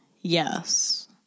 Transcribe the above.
Yes